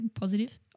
positive